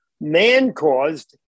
man-caused